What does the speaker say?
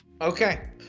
Okay